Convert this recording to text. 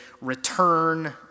return